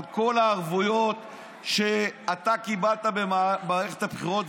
על כל הערבויות שאתה קיבלת במערכת הבחירות,